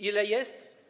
Ile jest?